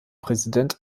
präsident